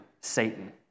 Satan